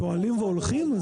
שואלים והולכים?